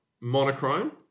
monochrome